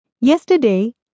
Yesterday